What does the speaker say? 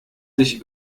sich